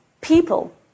people